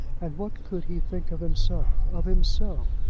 and what could he think of himself of himself,